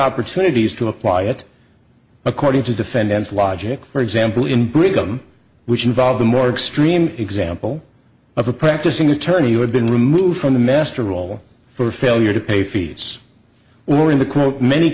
days to apply it according to defendant's logic for example in brigham which involved a more extreme example of a practicing attorney who had been removed from the master role for failure to pay fees or in the quote many